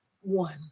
one